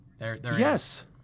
Yes